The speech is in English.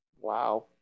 Wow